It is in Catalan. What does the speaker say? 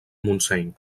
montseny